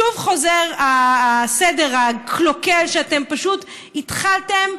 שוב חוזר הסדר הקלוקל שאתם פשוט התחלתם,